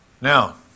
Now